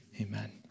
Amen